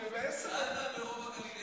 אני בעשר --- שאלת על מרום הגליל.